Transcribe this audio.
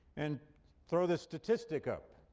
and throw this statistic up.